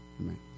Amen